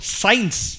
science